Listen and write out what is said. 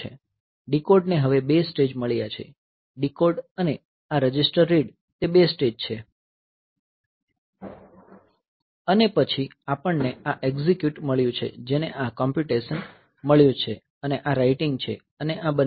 ડીકોડને હવે 2 સ્ટેજ મળ્યા છે ડીકોડ અને આ રજીસ્ટર રીડ તે 2 સ્ટેજ છે અને પછી આપણને આ એક્ઝીક્યુટ મળ્યું છે જેને આ કોમ્પ્યુટેશન મળ્યું છે અને આ રાઈટીંગ છે અને આ બંને છે